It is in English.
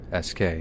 SK